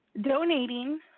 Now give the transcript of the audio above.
donating